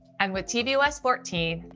and with tvos fourteen,